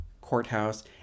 courthouse